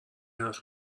حرف